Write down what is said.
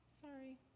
sorry